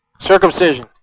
Circumcision